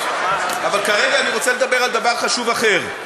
אבל כרגע אני רוצה לדבר על דבר חשוב אחר.